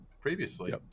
previously